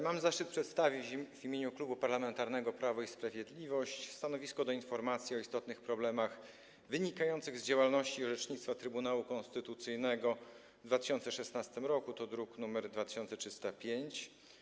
Mam zaszczyt przedstawić w imieniu Klubu Parlamentarnego Prawo i Sprawiedliwość stanowisko wobec informacji o istotnych problemach wynikających z działalności i orzecznictwa Trybunału Konstytucyjnego w 2016 r., druk nr 2305.